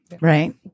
Right